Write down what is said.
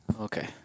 Okay